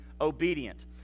obedient